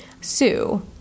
Sue